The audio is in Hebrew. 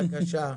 בבקשה.